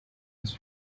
his